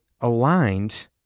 aligned